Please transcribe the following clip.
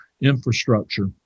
infrastructure